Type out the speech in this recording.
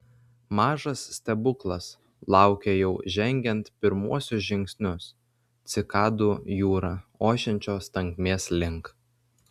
mažas stebuklas laukė jau žengiant pirmuosius žingsnius cikadų jūra ošiančios tankmės link